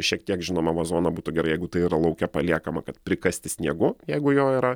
šiek tiek žinoma vazoną būtų gerai jeigu tai yra lauke paliekama kad prikasti sniegu jeigu jo yra